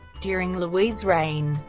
during louis' reign,